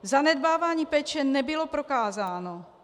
Zanedbávání péče nebylo prokázáno.